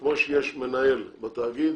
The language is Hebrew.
שכמו שיש מנהל בתאגיד,